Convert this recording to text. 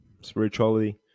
spirituality